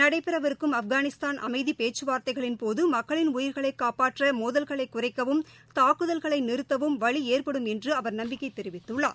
நடைபெறவிருக்கும் ஆப்கானிஸ்தான் அமைதி பேச்சுவார்தைகளின்போது மக்களின் உயிர்களை காப்பாற்ற மோதல்களை குறைக்கவும் தாக்குதல்களை நிறுத்தவும் வழி ஏற்படும் என்று அவர் நம்பிக்கை தெரிவித்துள்ளார்